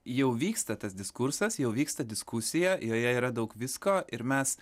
jau vyksta tas diskursas jau vyksta diskusija joje yra daug visko ir mes